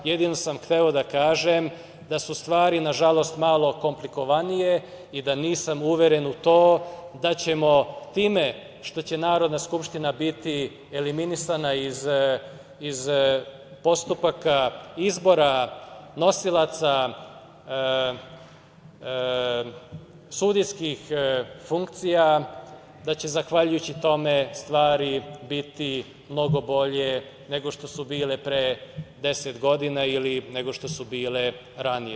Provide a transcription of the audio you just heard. Jedino sam hteo da kažem da su stvari, nažalost, malo komplikovanije i da nisam uveren u to da ćemo time što će Narodna skupština biti eliminisana iz postupaka izbora nosilaca sudijskih funkcija da će zahvaljujući tome stvari biti mnogo bolje nego što su bile pre 10 godina ili nego što su bile ranije.